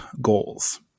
goals